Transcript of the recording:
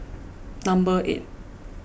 number eight